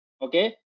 Okay